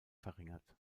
verringert